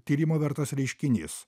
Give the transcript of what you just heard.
tyrimo vertas reiškinys